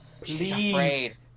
Please